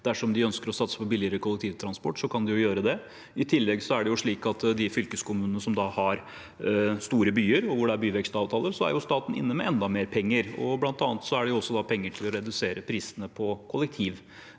Dersom de ønsker å satse på billigere kollektivtransport, kan de gjøre det. Det er også slik at i de fylkeskommunene som har store byer, og hvor det er byvekstavtaler, er staten inne med enda mer penger, bl.a. penger til å redusere prisene på kollektivtransport.